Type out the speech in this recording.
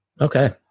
okay